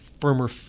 firmer